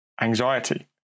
anxiety